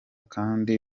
kandi